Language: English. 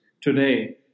today